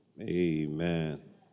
Amen